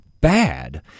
bad